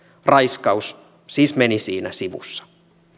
raiskaus siis meni siinä sivussa